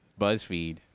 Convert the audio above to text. BuzzFeed